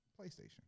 PlayStation